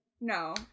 no